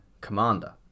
Commander